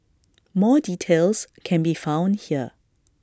more details can be found here